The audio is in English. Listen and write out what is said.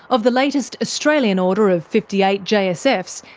of the latest australian order of fifty eight jsfs,